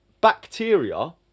bacteria